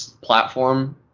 platform